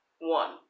One